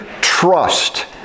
trust